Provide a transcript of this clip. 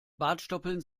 bartstoppeln